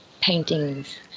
paintings